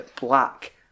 black